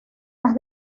las